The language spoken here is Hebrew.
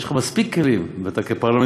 יש לך מספיק כלים כפרלמנטר.